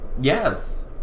yes